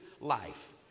life